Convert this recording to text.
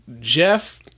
Jeff